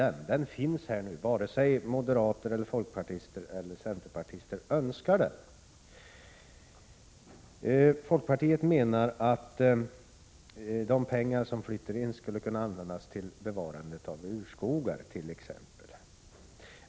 Denna avgift finns oavsett om moderater, folkpartister eller centerpartister önskar ha den eller inte. Folkpartiet menar att de pengar som flyter in skulle kunna användas exempelvis till bevarande av urskogar.